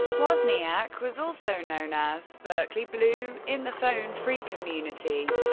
wozniak was also known as berkeley blue in the phone phreak community,